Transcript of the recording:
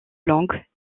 longues